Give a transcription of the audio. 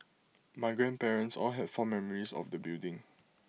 my grandparents all had fond memories of the building